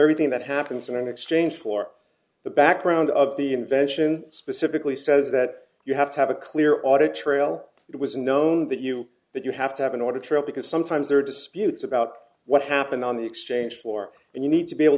everything that happens in an exchange for the background of the invention specifically says that you have to have a clear audit trail it was known that you that you have to have an order trip because sometimes there are disputes about what happened on the exchange floor and you need to be able